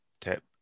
tap